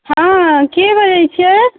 हँ के बजै छियै